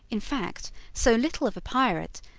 in fact, so little of a pirate,